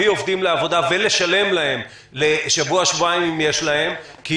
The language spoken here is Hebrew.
עובדים לעבודה ולשלם להם לשבוע שבועיים אם יש להם עבודה,